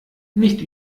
nicht